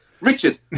Richard